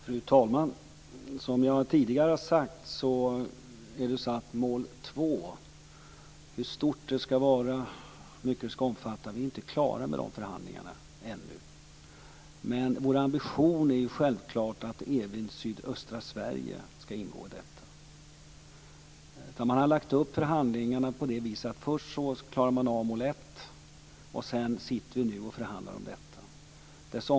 Fru talman! När det gäller frågan om hur stort mål 2 skall vara, hur mycket det skall omfatta, är vi, som jag tidigare har sagt, ännu inte klara med förhandlingarna. Vår ambition är självfallet att även sydöstra Sverige skall ingå. Man har lagt upp förhandlingarna så att man först klarar av mål 1, och sedan förhandlar vi om detta.